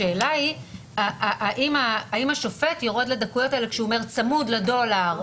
השאלה היא האם השופט יורד לדקויות האלה כשהוא אומר "צמוד לדולר"